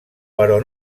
però